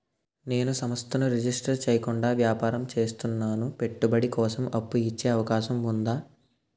నేను సంస్థను రిజిస్టర్ చేయకుండా వ్యాపారం చేస్తున్నాను పెట్టుబడి కోసం అప్పు ఇచ్చే అవకాశం ఉందా?